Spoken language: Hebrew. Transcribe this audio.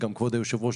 כבוד היושב ראש,